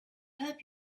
help